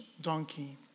donkey